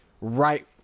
right